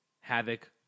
Havoc